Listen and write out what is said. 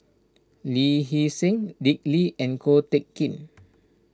Lee Hee Seng Dick Lee and Ko Teck Kin